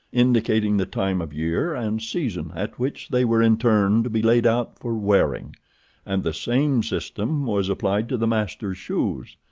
indicating the time of year and season at which they were in turn to be laid out for wearing and the same system was applied to the master's shoes.